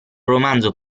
romanzo